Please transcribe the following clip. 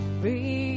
breathe